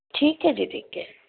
ਠੀਕ ਹੈ ਜੀ ਠੀਕ ਹੈ